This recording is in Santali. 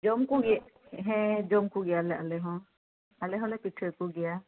ᱡᱚᱢ ᱠᱚᱜᱮ ᱦᱮᱸ ᱡᱚᱢ ᱠᱚᱜᱮᱭᱟᱞᱮ ᱟᱞᱮ ᱦᱚᱸ ᱟᱞᱮ ᱦᱚᱸᱞᱮ ᱯᱤᱴᱷᱟᱹ ᱠᱚᱜᱮᱭᱟ